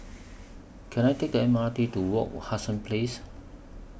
Can I Take The M R T to Wak Hassan Place